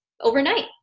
overnight